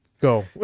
Go